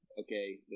okay